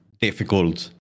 difficult